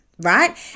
Right